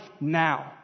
now